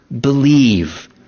Believe